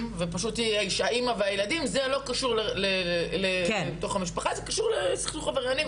ופשוט האמא והילדים זה לא קשור לתוך המשפחה זה קשור לסכסוך עבריינים,